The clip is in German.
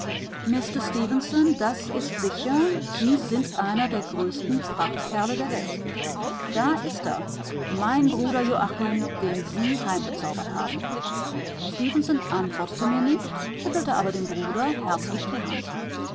das ist sicher sie sind einer der größten prachtkerle der welt da ist er mein bruder joachim den sie heimgezaubert haben stefenson antwortete mir nicht schüttelte aber dem bruder herzlich die hand